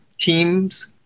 teams